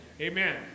Amen